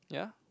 yeah